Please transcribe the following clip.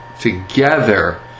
together